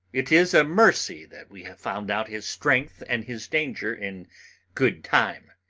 it is a mercy that we have found out his strength and his danger in good time.